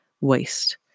waste